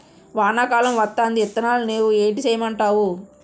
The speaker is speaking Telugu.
వానా కాలం వత్తాంది ఇత్తనాలు నేవు ఏటి సేయమంటావు